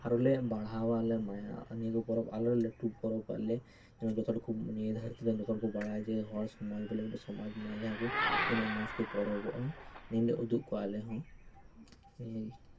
ᱟᱨᱦᱚᱞᱮ ᱵᱟᱲᱦᱟᱣᱟᱞᱮ ᱢᱟᱱᱮ ᱱᱤᱭᱟᱹ ᱠᱚ ᱯᱚᱨᱚᱵᱽ ᱟᱨᱚ ᱞᱟᱹᱴᱩ ᱯᱚᱨᱚᱵᱚᱜᱼᱟᱞᱮ ᱡᱚᱛᱚ ᱦᱚᱲᱠᱚ ᱱᱤᱭᱟᱹ ᱫᱷᱟᱹᱨᱛᱨᱮᱱ ᱡᱚᱛᱚ ᱦᱚᱲ ᱠᱚ ᱵᱟᱲᱟᱭᱟᱢᱟ ᱡᱮ ᱦᱚᱲ ᱥᱚᱢᱟᱡᱽ ᱵᱚᱞᱮ ᱥᱚᱢᱟᱡᱽ ᱢᱮᱱᱟᱜᱼᱟ ᱡᱟᱦᱟᱸᱭ ᱠᱚ ᱛᱤᱱᱟᱹᱜ ᱢᱚᱸᱡᱽ ᱠᱚ ᱯᱚᱨᱚᱵᱚᱜᱼᱟ ᱤᱱᱟᱹᱞᱮ ᱩᱫᱩᱜ ᱟᱠᱚᱣᱟ ᱟᱞᱮᱦᱚᱸ ᱱᱤᱭᱟᱹᱜᱮ